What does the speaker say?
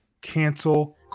cancel